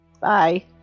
Bye